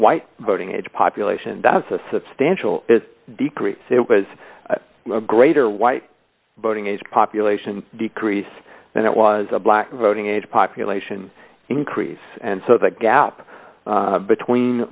white voting age population that's a substantial decrease it was a greater white voting age population decrease and it was a black voting age population increase and so the gap between